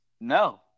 no